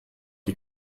die